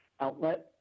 outlet